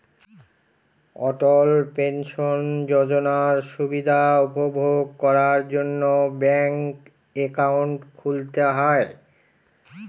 অটল pension যোজনার সুবিধা উপভোগ করার জন্য ব্যাঙ্ক একাউন্ট খুলতে হয়